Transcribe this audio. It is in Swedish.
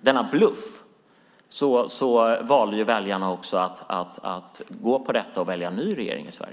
denna bluff valde väljarna att gå på den linjen och välja en ny regering i Sverige.